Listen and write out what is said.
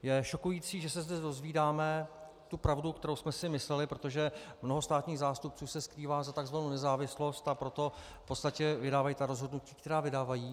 Je šokující, že se zde dozvídáme tu pravdu, kterou jsme si mysleli, protože mnoho státních zástupců se skrývá za takzvanou nezávislost, a proto v podstatě vydávají ta rozhodnutí, která vydávají.